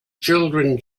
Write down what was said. children